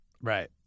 Right